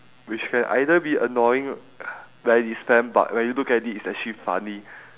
which can either be annoying wh~ when he spam but when you look at it it's actually funny